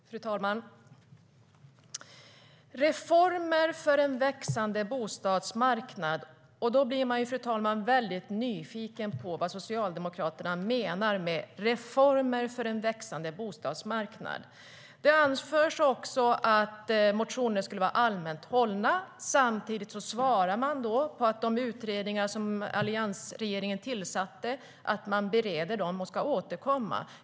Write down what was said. Fru talman! Det talas om reformer för en växande bostadsmarknad. Då blir man, fru talman, nyfiken på vad Socialdemokraterna menar med reformer för en växande bostadsmarknad. Det anförs också att motioner skulle vara allmänt hållna. Samtidigt svarar man att de utredningar som alliansregeringen tillsatte bereds och att man ska återkomma.